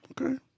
okay